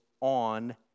on